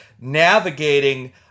navigating